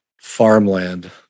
farmland